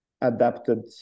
adapted